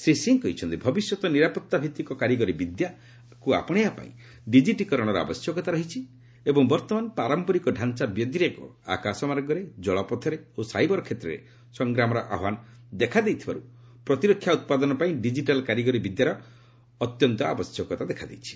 ଶ୍ରୀ ସିଂହ କହିଛନ୍ତି ଭବିଷ୍ୟତ ନିରାପତ୍ତା ଭିତ୍ତିକ କାରିଗରି ବିଦ୍ୟା ଆପଣେଇବା ପାଇଁ ଡିକିଟିକରଣର ଆବଶ୍ୟକତା ରହିଛି ଏବଂ ବର୍ତ୍ତମାନ ପାରମ୍ପରିକ ତାଞ୍ଚା ବ୍ୟତିରେକ ଆକାଶ ମାର୍ଗରେ ଜଳପଥରେ ଓ ସାଇବର କ୍ଷେତ୍ରରେ ସଂଗ୍ରାମର ଆହ୍ୱାନ ଦେଖା ଦେଇଥିବାରୁ ପ୍ରତିରକ୍ଷା ଉତ୍ପାଦନ ପାଇଁ ଡିଜିଟାଲ୍ କାରିଗରି ବିଦ୍ୟାର ଆବଶ୍ୟକତା ଦେଖାଦେଇଛି